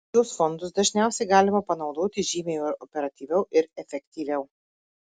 šiuos fondus dažniausiai galima panaudoti žymiai operatyviau ir efektyviau